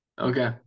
Okay